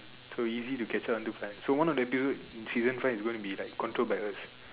so easy to catch up to episode five so one of the episode in season five is being like controlled by us